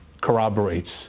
corroborates